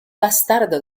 bastardo